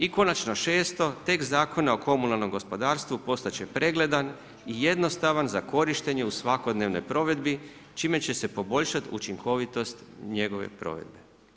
I konačno šesto, tekst Zakona o komunalnom gospodarstvu postat će pregledan i jednostavan za korištenje u svakodnevnoj provedbi čime će se poboljšati učinkovitost njegove provedbe.